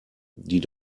die